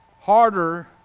harder